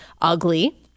ugly